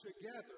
together